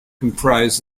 comprises